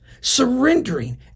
surrendering